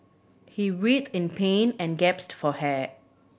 he writhed in pain and gasped for air